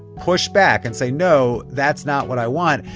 push back and say no, that's not what i want.